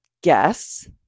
guess